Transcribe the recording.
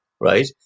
right